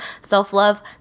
Self-love